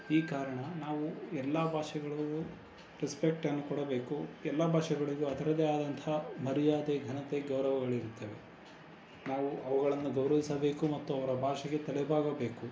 ಈ ಕಾರಣ ನಾವು ಎಲ್ಲ ಭಾಷೆಗಳಿಗೂ ರೆಸ್ಪೆಕ್ಟನ್ನು ಕೊಡಬೇಕು ಎಲ್ಲ ಭಾಷೆಗಳಿಗೂ ಅದರದೇ ಆದಂತಹ ಮರ್ಯಾದೆ ಘನತೆ ಗೌರವಗಳಿರುತ್ತವೆ ನಾವು ಅವುಗಳನ್ನು ಗೌರವಿಸಬೇಕು ಮತ್ತು ಅವರ ಭಾಷೆಗೆ ತಲೆಬಾಗಬೇಕು